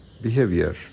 behavior